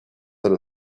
than